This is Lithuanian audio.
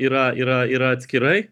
yra yra yra atskirai